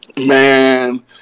Man